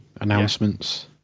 announcements